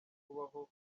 kubaho